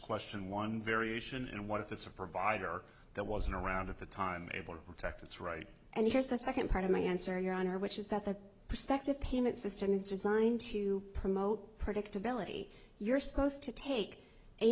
question one variation and what if it's a provider that wasn't around at the time able to protect its right and here's the second part of my answer your honor which is that the prospective payment system is designed to promote predictability you're supposed to take a